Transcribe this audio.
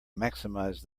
maximize